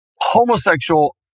homosexual